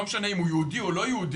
לא משנה אם הוא יהודי או לא יהודי,